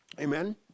amen